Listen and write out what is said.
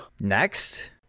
Next